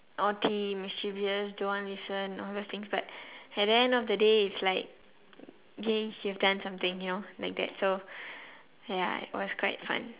naughty mischievous don't want listen all those things but at the end of the day it's like K you've done something you know like that so ya it was quite fun